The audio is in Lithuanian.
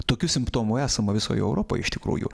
tokių simptomų esama visoj europoj iš tikrųjų